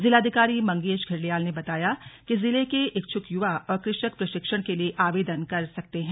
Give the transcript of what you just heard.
जिलाधिकारी मंगेश घिल्डियाल ने बताया कि जिले के इच्छुक युवा और कृषक प्रशिक्षण के लिए आवेदन कर सकते हैं